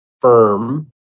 firm